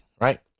Right